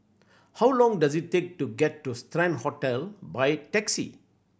how long does it take to get to Strand Hotel by taxi